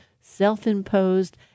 self-imposed